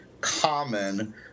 common